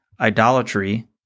idolatry